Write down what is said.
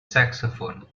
saxophone